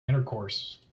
intercourse